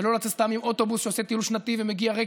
ולא לצאת סתם עם אוטובוס שעושה טיול שנתי ומגיע ריק